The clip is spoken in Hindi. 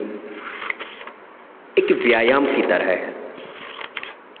एक व्यायाम की तरह है